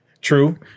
True